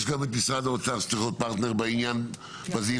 יש גם את משרד האוצר שצריך להיות פרטנר בעניין בזהירות